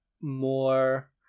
more